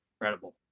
incredible